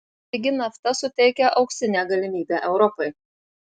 pigi nafta suteikia auksinę galimybę europai